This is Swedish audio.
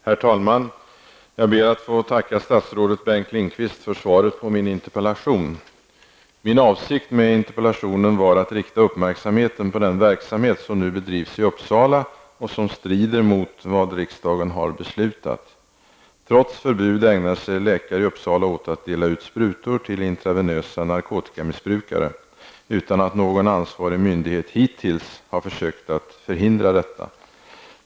Herr talman! Jag ber att få tacka statsrådet Bengt Lindqvist för svaret på min interpellation. Min avsikt med interpellationen var att rikta uppmärksamheten på den verksamhet som nu bedrivs i Uppsala och som strider mot vad riksdagen har beslutat. Trots förbud ägnar sig läkare i Uppsala åt att dela ut sprutor till intravenösa narkotikamissbrukare, utan att någon ansvarig myndighet hittills har försökt förhindra detta.